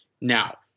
Now